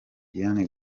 diane